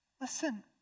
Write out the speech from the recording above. Listen